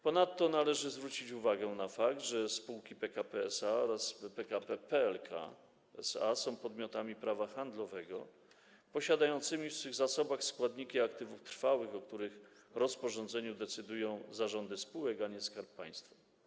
Ponadto należy zwrócić uwagę na fakt, że PKP SA oraz PKP PLK SA są podmiotami prawa handlowego posiadającymi w swych zasobach składniki aktywów trwałych, o których rozporządzeniu decydują zarządy spółek, a nie Skarb Państwa.